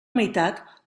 meitat